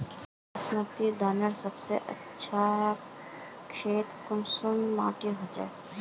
बासमती धानेर सबसे अच्छा खेती कुंसम माटी होचए?